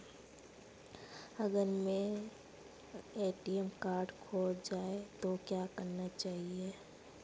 अगर ATM card खो जाए तो क्या करना चाहिए?